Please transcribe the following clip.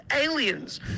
aliens